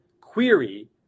query